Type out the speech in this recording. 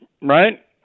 right